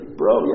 bro